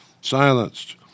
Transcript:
silenced